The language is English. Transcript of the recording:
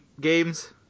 games